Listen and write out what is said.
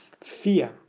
fear